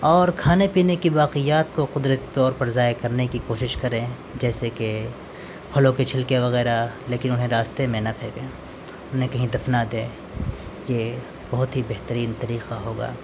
اور کھانے پینے کی باقیات کو قدرتی طور پر ضائع کرنے کی کوشش کریں جیسے کہ پھلوں کے چھلکے وغیرہ لیکن انہیں راستے میں نہ پھینکیں انہیں کہیں دفنا دیں یہ بہت ہی بہترین طریقہ ہوگا